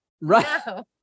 Right